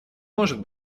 может